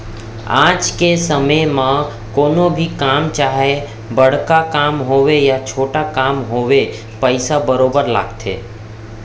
आज के समे म कोनो भी काम चाहे बड़का काम होवय या छोटे काम होवय पइसा बरोबर लगथे